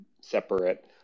separate